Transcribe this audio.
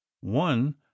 one